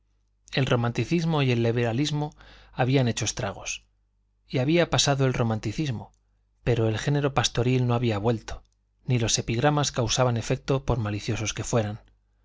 el romanticismo y el liberalismo habían hecho estragos y había pasado el romanticismo pero el género pastoril no había vuelto ni los epigramas causaban efecto por maliciosos que fueran